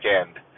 end